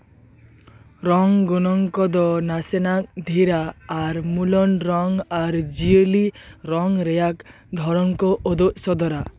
ᱨᱚᱝ ᱜᱚᱱᱚᱝ ᱠᱚᱫᱚ ᱱᱟᱥᱮᱱᱟᱜ ᱰᱷᱮᱨᱟ ᱟᱨ ᱢᱩᱞᱟᱱ ᱨᱚᱝ ᱟᱨ ᱡᱤᱭᱟᱹᱞᱤ ᱨᱚᱝ ᱨᱮᱭᱟᱜ ᱫᱷᱚᱨᱚᱱ ᱠᱚ ᱩᱫᱩᱜ ᱥᱚᱫᱚᱨᱟ